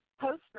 poster